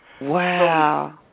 Wow